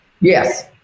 yes